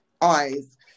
eyes